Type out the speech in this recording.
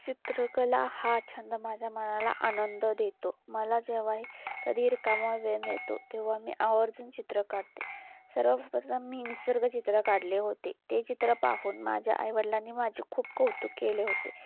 चित्रकला हा छंद माझ्या मनाला आनंद देतो मला जेव्हाही कधीही रिकामा वेळ मिळतो तेव्हा मी आवर्जून चित्र काढते सर्वप्रथम मी निसर्ग चित्र काढले होते ते चित्र पाहून माझ्या आई वडलांनी माझे खूप कौतुक केले होते